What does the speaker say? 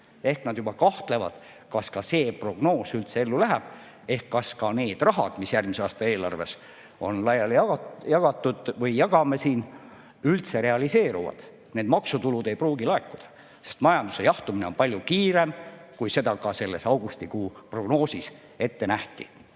Ehk ka nemad juba kahtlevad, kas see prognoos üldse ellu läheb ja kas ka see raha, mis on järgmise aasta eelarves laiali jagatud või mida me siin jagame, üldse realiseerub. Need maksutulud ei pruugi laekuda, sest majanduse jahtumine on palju kiirem, kui augustikuises prognoosis ette nähti.